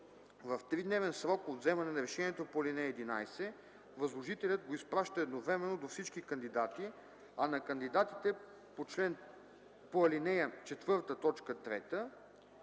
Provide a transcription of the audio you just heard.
В тридневен срок от вземане на решението по ал. 11 възложителят го изпраща едновременно до всички кандидати, а на кандидатите по ал. 4,